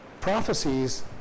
prophecies